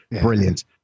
brilliant